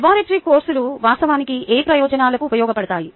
laboratory కోర్సులు వాస్తవానికి ఏ ప్రయోజనాలకు ఉపయోగపడతాయి